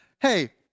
hey